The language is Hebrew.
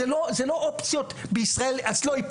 זאת לא אופציה בישראל.